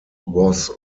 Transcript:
was